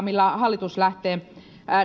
millä hallitus lähtee